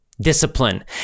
discipline